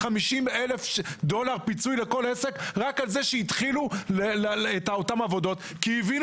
- 50,000 דולר פיצוי לכול עסק רק על זה שהתחילו את אותן עבודות כי הבינו